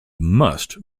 must